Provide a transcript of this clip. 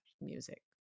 music